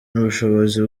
n’ubushobozi